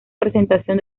presentación